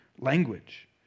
language